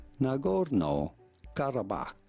Nagorno-Karabakh